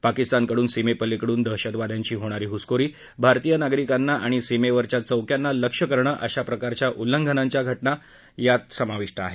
पाकिस्तानकडून सीमेपलीकडून दहशतवाद्यांची होणारी घुसखोरी भारतीय नागरिकांना आणि सीमेवरच्या चौक्यांना लक्ष्य करणं अशा प्रकारच्या उल्लंघनाच्या घटनांचा समावेश आहे